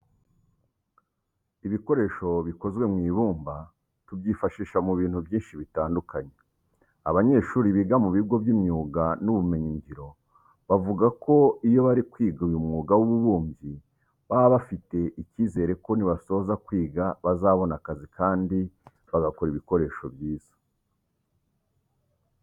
Ibikoresho bikozwe mu ibumba tubyifashisha mu bintu byinshi bitandukanye. Abanyeshuri biga mu bigo by'imyuga n'ubumenyingiro bavuga ko iyo bari kwiga uyu mwuga w'ububumbyi, baba bafite icyizere ko nibasoza kwiga bazabona akazi kandi bagakora ibikoresho byiza.